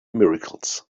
miracles